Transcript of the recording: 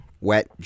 Wet